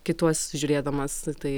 kituos žiūrėdamas tai